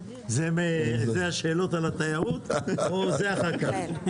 זה השאלות על התיירות או זה אחר כך?